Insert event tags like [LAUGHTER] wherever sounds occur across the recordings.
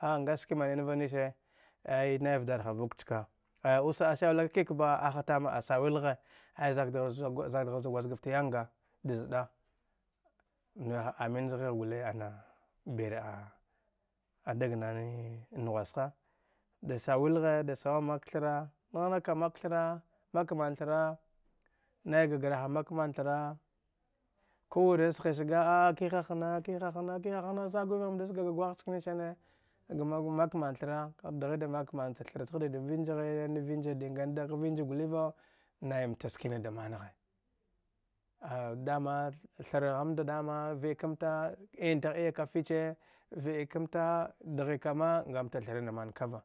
A ngaski maninva nise a nai vjarha vuk vuk chka ay ose asawilka kik ba aha tama a asawil ghe ay [HESITATION] zak dgahar za gwajgaft yanga da za mni wai ha amin zaghasha de sawil ghe de se sawilagh mak thara ngha nghaka mak thara mak man thana a nai ga graha mak man thara kuwire saghi sage a kiha hna- kihabila kiha hna zagughimnda zaga gwagh n chkaniisane mak manthare kagh dghi da mak man cha thara chagre dida vinjaghe na vinja dingagh dagh vinja guri va nai mta skinada manghe a dama thragh mnda dama va’ ikamta iyan tigh iyaka fiche vaikamta ngamta thara nada man kava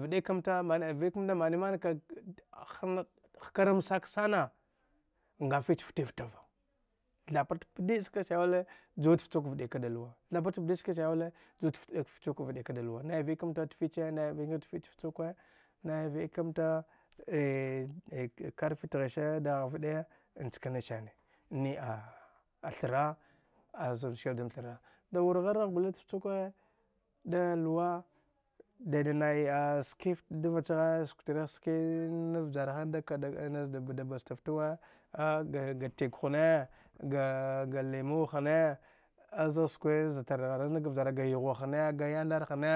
va’ikamta [HESITATION] vaikamta mani manka [HESITATION] tina hkaram sak sana nga fich fti fta va tha part pdi’a ska saile juwad fchuk vaɗi ka da luwa nai va’ikama tfiche nai vaika na tfich fchuke nai vaikamta [HESITATION] katfi thjishe dagh va de n cha kani sani ni a thra azud sil dam thara dawar ghara gule da fchukwe da luwa dida nai a skift dva chaghe suk trigh skii navjarha nada ka’ada kada na da bɗa bda sta ftuwe a ga tiyik hne ga ga limuwa hne azagh skiw zafar dgharan ga vjarha ga yugha hne ga yandar hni